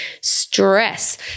stress